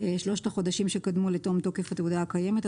3 חודשים שקדמו לתום תוקף התעודה הקיימת,